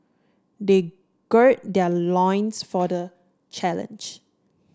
they gird their loins for the challenge